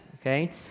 okay